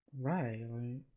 Right